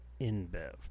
InBev